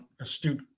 astute